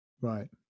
Right